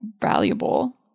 valuable